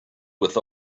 with